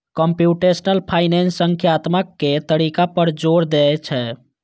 computational finance संख्यात्मक तरीका पर जोर दै छै